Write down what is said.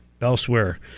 elsewhere